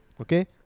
Okay